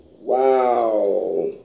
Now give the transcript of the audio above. Wow